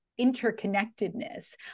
interconnectedness